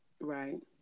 Right